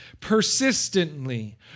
persistently